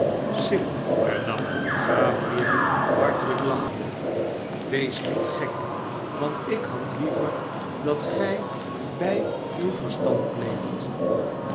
sim hernam gabriel hartelijk laehende wees niet gek want ik had liever dat gij bij uw verstand